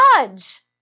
judge